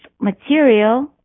material